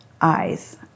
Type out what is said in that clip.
eyes